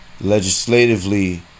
legislatively